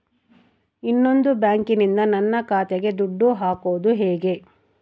ಇನ್ನೊಂದು ಬ್ಯಾಂಕಿನಿಂದ ನನ್ನ ಖಾತೆಗೆ ದುಡ್ಡು ಹಾಕೋದು ಹೇಗೆ?